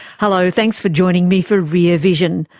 hello, thanks for joining me for rear vision.